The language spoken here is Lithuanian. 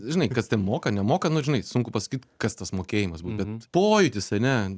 žinai kas ten moka nemoka nu žinai sunku pasakyt kas tas mokėjimas būt bet pojūtis ane